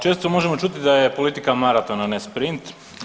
Često možemo čuti da je politika maraton, a ne sprint.